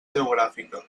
geogràfica